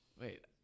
Wait